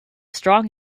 strong